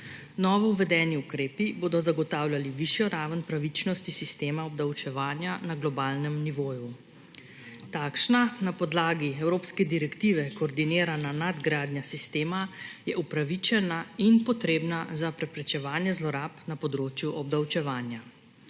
Novouvedeni ukrepi bodo zagotavljali višjo raven pravičnosti sistema obdavčevanja na globalnem nivoju. Takšna, na podlagi evropske direktive koordinirana nadgradnja sistema je upravičena in potrebna za preprečevanje zlorab na področju obdavčevanja.